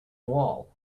wall